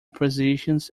positions